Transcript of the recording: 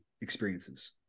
experiences